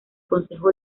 consejo